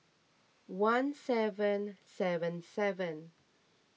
one seven seven seven